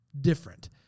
different